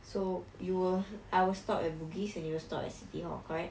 so you will I will stop at bugis and you will stop at city hall correct